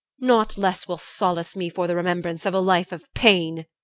nought less will solace me for the remembrance of a life of pain.